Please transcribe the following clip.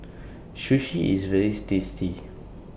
Sushi IS very tasty